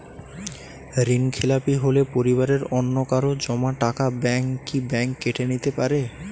ঋণখেলাপি হলে পরিবারের অন্যকারো জমা টাকা ব্যাঙ্ক কি ব্যাঙ্ক কেটে নিতে পারে?